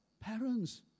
parents